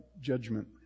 judgment